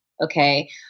okay